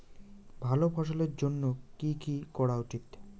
ভালো ফলনের জন্য কি কি করা উচিৎ?